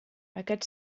aquest